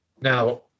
Now